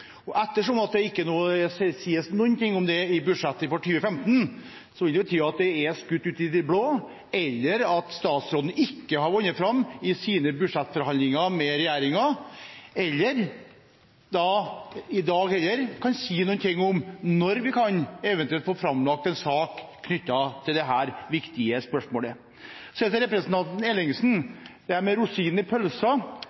sies noen ting om det i budsjettet for 2015, vil det bety at det enten er skutt ut i det blå, at statsråden ikke har vunnet fram i budsjettforhandlingene med regjeringen, eller at han heller ikke i dag kan si noen ting om når vi eventuelt kan få framlagt en sak knyttet til dette viktige spørsmålet. Så til representanten